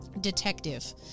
Detective